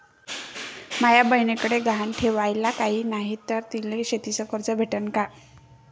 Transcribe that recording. माया बयनीकडे गहान ठेवाला काय नाही तर तिले शेतीच कर्ज भेटन का?